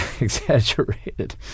exaggerated